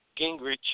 Gingrich